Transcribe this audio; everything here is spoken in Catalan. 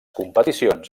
competicions